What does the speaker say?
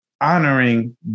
honoring